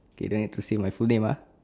okay then I've to say my full name ah